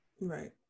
Right